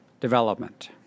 development